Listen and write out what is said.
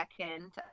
second